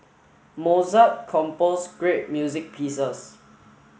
Mozart composed great music pieces